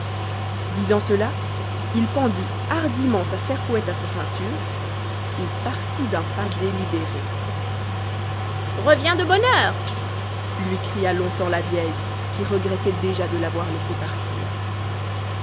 disant cela il pendit hardiment sa serfouette à sa ceinture et partit d'un pas délibéré reviens de bonne heure lui cria iong temps la vieille qui regrettait déjà de l'avoir laissé partir